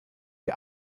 die